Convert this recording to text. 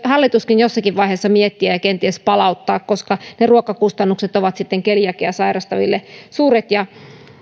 hallituskin jossakin vaiheessa miettiä ja sen kenties palauttaa koska ruokakustannukset ovat keliakiaa sairastaville suuret ja